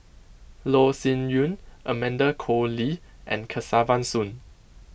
Loh Sin Yun Amanda Koe Lee and Kesavan Soon